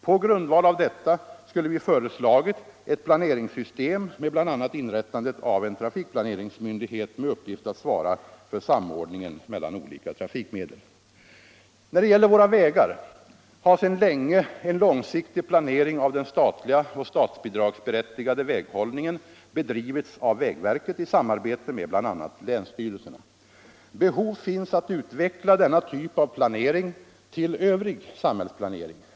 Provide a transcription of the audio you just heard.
På grundval av detta skulle vi föreslagit e planeringssystem, med bl.a. inrättandet av en trafikplaneringsmyndighet med uppgift att svara för samordningen mellan olika trafikmedel. När det gäller våra vägar har sedan länge en långsiktig planering av den statliga och statsbidragsberättigade väghållningen bedrivits av vägverket i samarbete med bl.a. länsstyrelserna. Behov finns att utveckla denna typ av planering till övrig samhällsplanering.